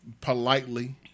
politely